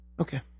Okay